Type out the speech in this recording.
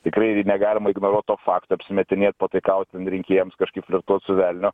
tikrai negalima ignoruot to fakto apsimetinėt pataikaut rinkėjams kažkaip flirtuot su velniu